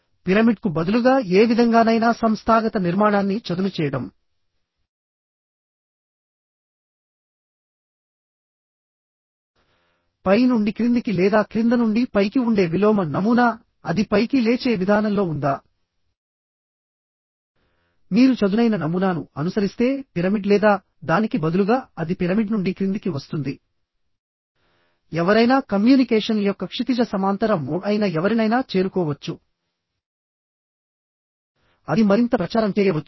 పిరమిడ్కు బదులుగా ఏ విధంగానైనా సంస్థాగత నిర్మాణాన్ని చదును చేయడం పై నుండి క్రిందికి లేదా క్రింద నుండి పైకి ఉండే విలోమ నమూనా అది పైకి లేచే విధానంలో ఉందా మీరు చదునైన నమూనాను అనుసరిస్తే పిరమిడ్ లేదా దానికి బదులుగా అది పిరమిడ్ నుండి క్రిందికి వస్తుంది ఎవరైనా కమ్యూనికేషన్ యొక్క క్షితిజ సమాంతర మోడ్ అయిన ఎవరినైనా చేరుకోవచ్చు అది మరింత ప్రచారం చేయబడుతుంది